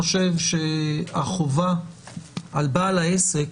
חבר הכנסת מקלב חושב שהחובה על בעל העסק